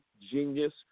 genius